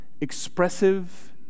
expressive